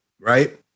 Right